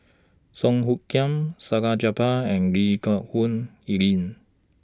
Song Hoot Kiam Salleh Japar and Lee Geck Hoon Ellen